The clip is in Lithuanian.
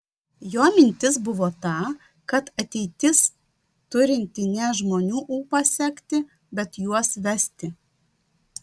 jo mintis buvo ta kad ateitis turinti ne žmonių ūpą sekti bet juos vesti